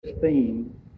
theme